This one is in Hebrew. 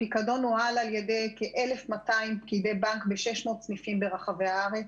הפיקדון נוהל על-ידי כ-1,200 פקידי בנק ב-600 סניפים ברחבי הארץ.